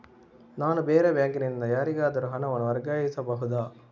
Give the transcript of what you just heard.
ನಾನು ಬೇರೆ ಬ್ಯಾಂಕ್ ನಿಂದ ಯಾರಿಗಾದರೂ ಹಣವನ್ನು ವರ್ಗಾಯಿಸಬಹುದ?